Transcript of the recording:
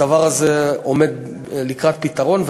הדבר הזה עומד לקראת פתרון,